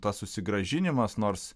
tas susigrąžinimas nors